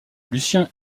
lucien